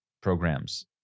programs